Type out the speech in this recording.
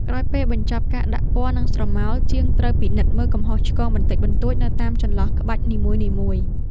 ក្រោយពេលបញ្ចប់ការដាក់ពណ៌ និងស្រមោល ជាងត្រូវពិនិត្យមើលកំហុសឆ្គងបន្តិចបន្តួចនៅតាមចន្លោះក្បាច់នីមួយៗ។